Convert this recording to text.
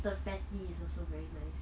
the patty is also very nice